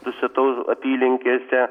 dusetų apylinkėse